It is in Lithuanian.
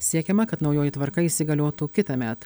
siekiama kad naujoji tvarka įsigaliotų kitąmet